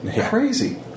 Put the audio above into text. Crazy